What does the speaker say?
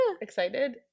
excited